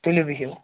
تُلِو بِہِو